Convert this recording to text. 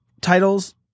titles